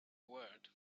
word